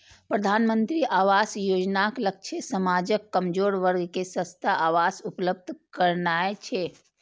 प्रधानमंत्री आवास योजनाक लक्ष्य समाजक कमजोर वर्ग कें सस्ता आवास उपलब्ध करेनाय छै